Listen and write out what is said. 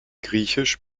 griechisch